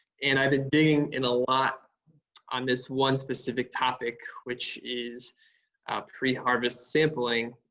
and i've been digging in a lot on this one specific topic, which is pre-harvest sampling